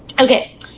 Okay